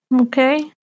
Okay